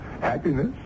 happiness